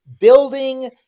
building